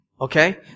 okay